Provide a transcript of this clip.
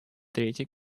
третий